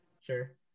Sure